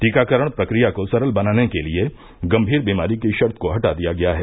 टीकाकरण प्रक्रिया को सरल बनाने के लिए गंभीर बीमारी की शर्त को हटा दिया गया है